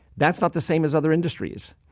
that's not the same as other industries.